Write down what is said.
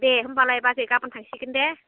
दे होमब्लालाय बाजै गाबोन थांसिगोन दे